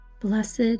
Blessed